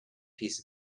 piece